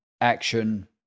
action